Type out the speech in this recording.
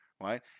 right